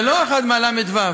זה לא אחד מהל"ו.